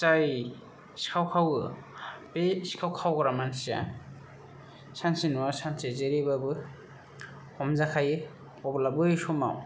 जाय सिखाव खावो बे सिखाव खावग्रा मानसिया सानसे नङा सानसे जेरैबाबो हमजाखायो अब्ला बै समाव